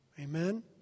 Amen